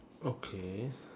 okay